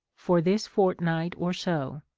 for this fortnight or so.